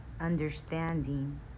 understanding